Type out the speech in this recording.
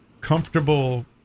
comfortable